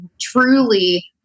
truly